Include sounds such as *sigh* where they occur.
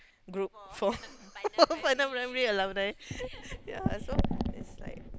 group for *laughs* Pandan-Primary alumni yeah so it's like